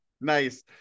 nice